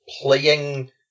Playing